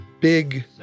big